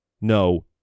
No